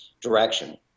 direction